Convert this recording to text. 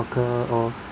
soccer or